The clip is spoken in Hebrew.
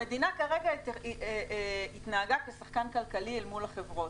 המדינה כרגע התנהגה כשחקן כלכלי אל מול החברות.